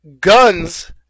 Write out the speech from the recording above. guns